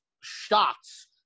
shots